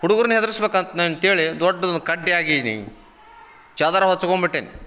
ಹುಡುಗ್ರನ್ನ ಹೆದರ್ಸ್ಬೇಕಂತ ನಂಗೆ ಕೇಳಿ ದೊಡ್ಡದು ಒಂದು ಕಡ್ಡಿಯಾಗಿನಿ ಚಾದರ ಹೊಚ್ಕೊಂಡ್ಬಿಟ್ಟಿನಿ